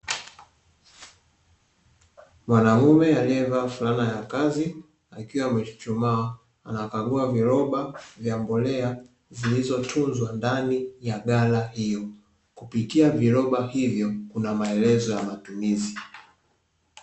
Mwanaume aliyevaa fulana ya kazi akiwa amechuchumaa anakagua viroba vya mbolea, zilizootunzwa ndani ya ghala hiyo, kupitia viroba hivyo kuna maelezo ya matumizi.